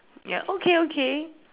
ya okay okay